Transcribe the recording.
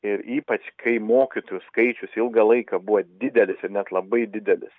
ir ypač kai mokytojų skaičius ilgą laiką buvo didelis ir net labai didelis